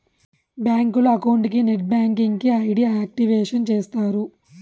బ్యాంకులో అకౌంట్ కి net banking కి ఐ.డి యాక్టివేషన్ చేస్తారు